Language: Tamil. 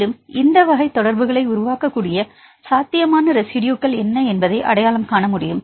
மேலும் இந்த வகை தொடர்புகளை உருவாக்கக்கூடிய சாத்தியமான ரெஸிட்யுகள் என்ன என்பதை அடையாளம் காண முடியும்